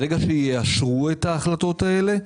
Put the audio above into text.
ברגע שיאשרו את ההחלטות האלה,